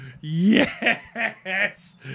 Yes